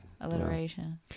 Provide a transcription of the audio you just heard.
Alliteration